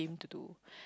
to do